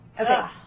Okay